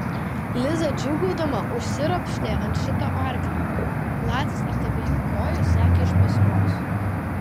liza džiūgaudama užsiropštė ant šito arklio lacis ant abiejų kojų sekė iš paskos